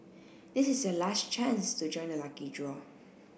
this is your last chance to join the lucky draw